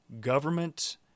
government